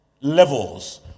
levels